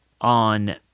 on